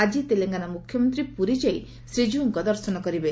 ଆଜି ତେଲଙ୍ଗାନା ମୁଖ୍ୟମନ୍ତୀ ପୁରୀ ଯାଇ ଶ୍ରୀକୀଉଙ୍କ ଦର୍ଶନ କରିବେ